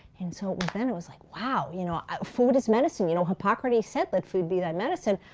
and so then it was like, wow. you know ah food is medicine. you know hippocrates said let food be thy medicine.